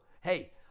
Hey